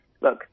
look